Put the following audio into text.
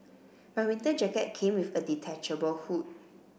my winter jacket came with a detachable hood